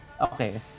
okay